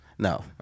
No